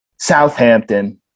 Southampton